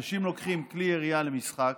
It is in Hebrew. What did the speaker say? אנשים לוקחים כלי ירייה למשחק,